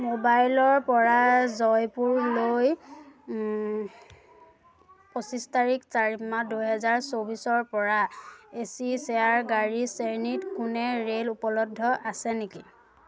মোবাইলৰ পৰা জয়পুৰ লৈ পঁচিছ তাৰিখ চাৰি মাহ দুহেজাৰ চৌবিছৰ পৰা এচি শ্বেয়াৰ গাড়ী শ্ৰেণীত কোনো ৰে'ল উপলব্ধ আছে নেকি